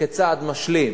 כצעד משלים.